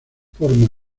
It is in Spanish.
forma